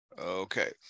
Okay